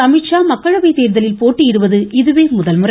அமீத்ஷா மக்களவைத் தேர்தலில் போட்டியிடுவது இதுவே முதல்முறை